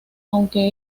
aunque